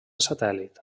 satèl·lit